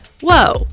Whoa